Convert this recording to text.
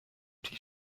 die